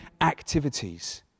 activities